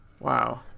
Wow